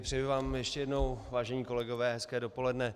Přeji vám ještě jednou, vážení kolegové, hezké dopoledne.